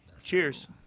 Cheers